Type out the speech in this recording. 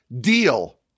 Deal